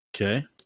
Okay